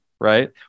right